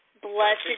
Blessed